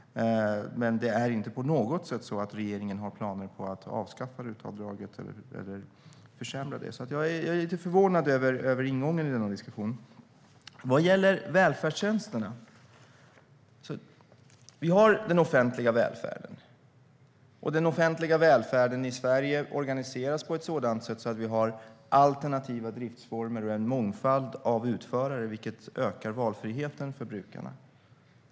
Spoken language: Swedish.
Men det är inte på något sätt så att regeringen har planer på att avskaffa RUT-avdraget eller försämra det. Jag är lite förvånad över ingången i denna diskussion. Vad gäller välfärdstjänsterna kan jag säga att den offentliga välfärden i Sverige organiseras på ett sådant sätt att vi har alternativa driftsformer och en mångfald av utförare, vilket ökar valfriheten för brukarna.